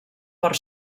per